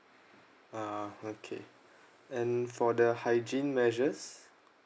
ah okay and for the hygiene measures